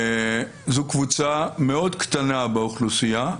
זו קבוצה מאוד קטנה באוכלוסייה,